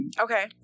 Okay